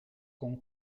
con